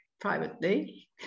privately